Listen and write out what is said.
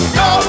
no